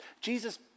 Jesus